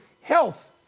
health